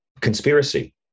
conspiracy